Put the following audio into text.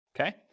Okay